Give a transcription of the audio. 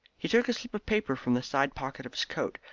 he took a slip of paper from the side pocket of his coat,